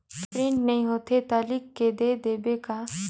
Print नइ होथे ता लिख के दे देबे का?